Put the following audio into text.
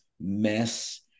mess